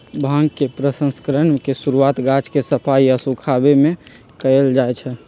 भांग के प्रसंस्करण के शुरुआत गाछ के सफाई आऽ सुखाबे से कयल जाइ छइ